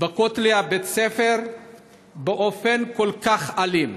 בין כותלי ביה"ס ובאופן כל כך אלים?